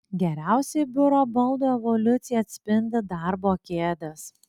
geriausiai biuro baldų evoliuciją atspindi darbo kėdės